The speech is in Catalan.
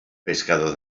pescador